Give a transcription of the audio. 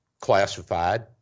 classified